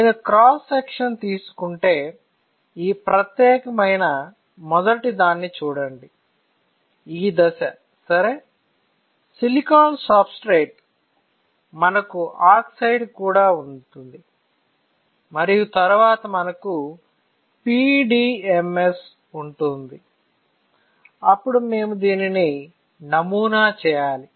నేను cross section తీసుకుంటే ఈ ప్రత్యేకమైన మొదటి దాన్ని చూడండి ఈ దశ సరే సిలికాన్ సబ్స్ట్రేట్ మనకు ఆక్సైడ్ కూడా ఉంటుంది మరియు తరువాత మనకు PDMS ఉంటుంది అప్పుడు మేము దీనిని నమూనా చేయాలి